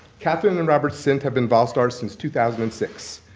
kathryn and robert sindt have been vol stars since two thousand and six.